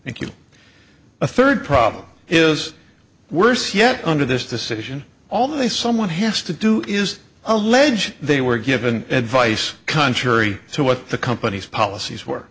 thank you a third problem is worse yet under this decision all they someone has to do is allege they were given advice contrary to what the company's policies were